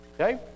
okay